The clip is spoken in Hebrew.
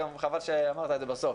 חבל שאמרת את זה בסוף.